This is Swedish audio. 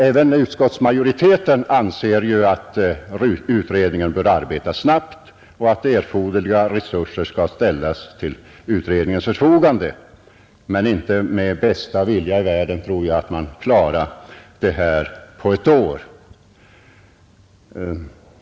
Även utskottsmajoriteten anser ju att utredningen bör arbeta snabbt och att erforderliga resurser skall ställas till dess förfogande. Men inte med bästa vilja i världen, tror jag, klarar utredningen det på ett år.